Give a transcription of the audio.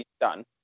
done